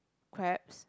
crabs